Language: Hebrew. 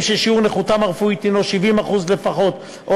נכים ששיעור נכותם הרפואית הוא 70% לפחות או